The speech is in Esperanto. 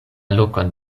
lokon